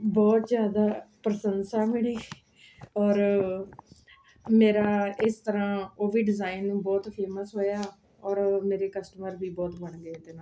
ਬਹੁਤ ਜ਼ਿਆਦਾ ਪ੍ਰਸ਼ੰਸਾ ਮਿਲੀ ਔਰ ਮੇਰਾ ਇਸ ਤਰ੍ਹਾਂ ਉਹ ਵੀ ਡਿਜ਼ਾਇਨ ਨੂੰ ਬਹੁਤ ਫੇਮਸ ਹੋਇਆ ਔਰ ਮੇਰੇ ਕਸਟਮਰ ਵੀ ਬਹੁਤ ਬਣ ਗਏ ਇਹਦੇ ਨਾਲ